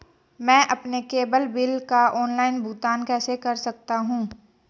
मैं अपने cable bill का ऑनलाइन भुगतान कैसे कर सकता हूं?